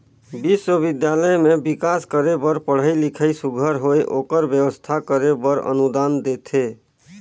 बिस्वबिद्यालय में बिकास करे बर पढ़ई लिखई सुग्घर होए ओकर बेवस्था करे बर अनुदान देथे